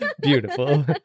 Beautiful